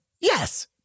yes